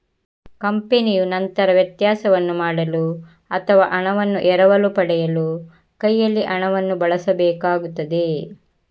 ಕಂಪನಿಯು ನಂತರ ವ್ಯತ್ಯಾಸವನ್ನು ಮಾಡಲು ಅಥವಾ ಹಣವನ್ನು ಎರವಲು ಪಡೆಯಲು ಕೈಯಲ್ಲಿ ಹಣವನ್ನು ಬಳಸಬೇಕಾಗುತ್ತದೆ